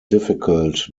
difficult